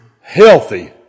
healthy